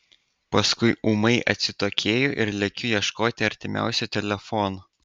paskui ūmai atsitokėju ir lekiu ieškoti artimiausio telefono